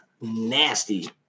Nasty